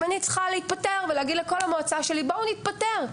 אם אני צריכה להתפטר ולהגיד לכל המועצה שלי בואו נתפטר,